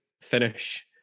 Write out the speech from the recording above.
finish